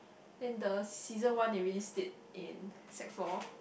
then the season one they release it in sec four